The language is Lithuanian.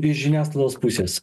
iš žiniasklaidos pusės